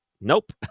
nope